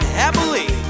happily